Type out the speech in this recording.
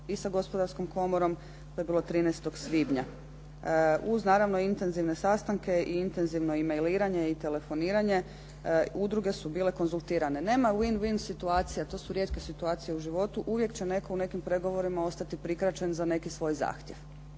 i sa Gospodarskom komorom. To je bilo 13. svibnja uz naravno intenzivne sastanke i intenzivno e-mailiranje i telefoniranje. Udruge su bile konzultirane. Nema win win situacija. To su rijetke situacije u životu. Uvijek će netko u nekim pregovorima ostati prikraćen za neki svoj zahtjev.